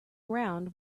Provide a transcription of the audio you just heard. ground